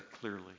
clearly